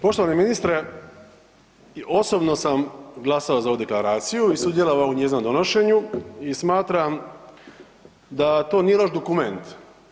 Poštovani ministre, osobno sam glasao za ovu deklaraciju i sudjelovao u njezinom donošenju i smatram da to nije loš dokument.